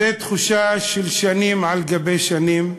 זאת תחושה של שנים על גבי שנים.